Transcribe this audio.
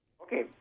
Okay